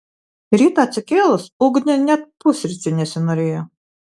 rytą atsikėlus ugniui net pusryčių nesinorėjo